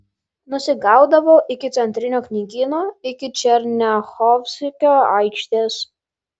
nusigaudavau iki centrinio knygyno iki černiachovskio aikštės